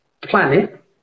planet